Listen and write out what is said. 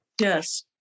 Yes